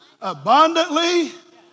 abundantly